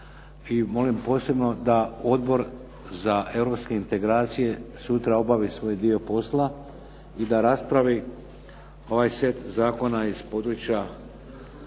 i molim posebno da Odbor za europske integracije sutra obavi svoj dio posla i da raspravi ovaj set zakona iz područja